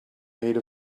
made